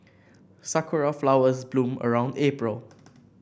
sakura flowers bloom around April